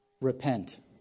repent